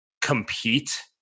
compete